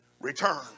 return